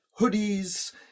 hoodies